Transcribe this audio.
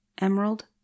Emerald